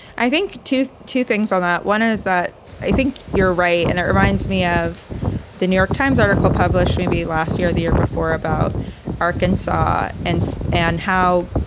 i think, to two things on that one is that i think you're right and it reminds me of the new york times article published maybe last year or the year before about arkansas and and how